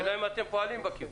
השאלה היא אם אתם פועלים בכיוון.